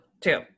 Two